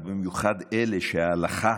ובמיוחד אלה שההלכה